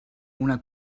una